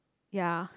ya